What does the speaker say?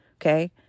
okay